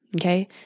Okay